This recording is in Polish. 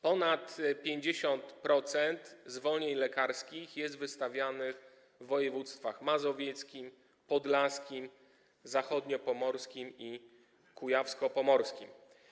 Ponad 50% zwolnień lekarskich jest wystawianych w tej formie w województwach mazowieckim, podlaskim, zachodniopomorskim i kujawsko-pomorskim.